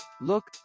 Look